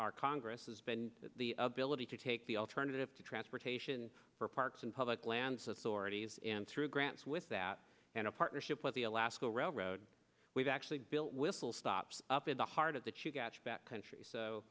our congress has been the ability to take the alternative to transportation for parks and public lands authorities and through grants with that and a partnership with the alaska railroad we've actually built whistle stops up in the heart of th